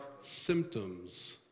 symptoms